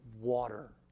water